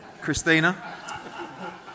Christina